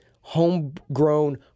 homegrown